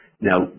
Now